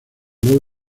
logra